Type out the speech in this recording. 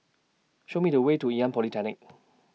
Show Me The Way to Ngee Ann Polytechnic